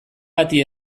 bati